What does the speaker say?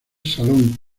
salón